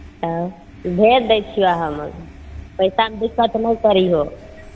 ओ भेज दै छिअ हम पैसा दिक्कत नहि करिहो